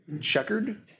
checkered